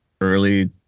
early